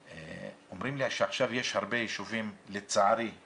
אומרים לי עכשיו שיש לצערי הרבה יישובים אדומים,